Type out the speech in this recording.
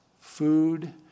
food